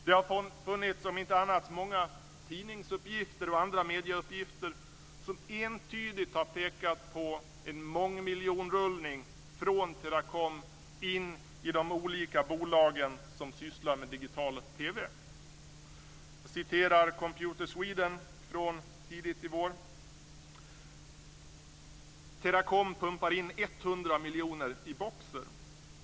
Det har om inte annat funnits många tidningsuppgifter och andra medieuppgifter som entydigt har pekat på en mångmiljonrullning från Teracom in i de olika bolagen som sysslar med digital TV. Jag citerar Computer miljoner i Boxer."